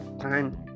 time